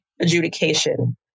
adjudication